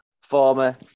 former